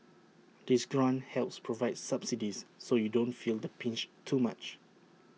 this grant helps provide subsidies so you don't feel the pinch too much